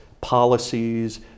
policies